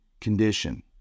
condition